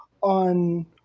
on